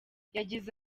yagize